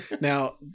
Now